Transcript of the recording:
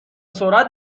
سرعت